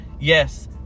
yes